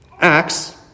Acts